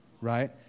Right